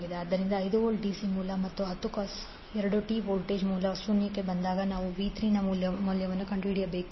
ಆದ್ದರಿಂದ 5 V dc ಮೂಲ ಮತ್ತು 10 cos⁡2t ವೋಲ್ಟೇಜ್ ಮೂಲವು ಶೂನ್ಯಕ್ಕೆ ಬಂದಾಗ ನಾವು v3 ನ ಮೌಲ್ಯವನ್ನು ಕಂಡುಹಿಡಿಯಬೇಕು